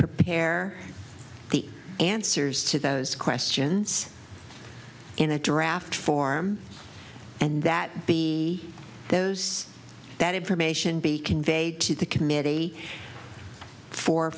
prepare the answers to those questions in a draft form and that be those that information be conveyed to the committee for